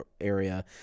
area